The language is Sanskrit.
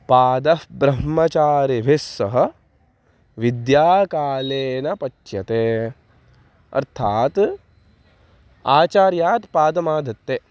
पादः ब्रह्मचारिभिः सह विद्याकालेन पच्यते अर्थात् आचार्यात् पादमाधत्ते